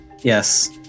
Yes